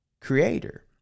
creator